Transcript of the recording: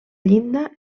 llinda